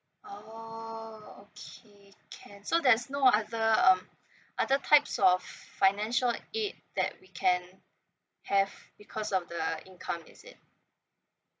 oh okay can so there's no other um other types of of financial aid that we can have because of the income is it